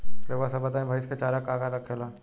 रउआ सभ बताई भईस क चारा का का होखेला?